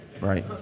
right